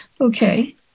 Okay